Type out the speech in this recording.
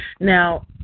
Now